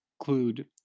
include